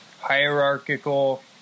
hierarchical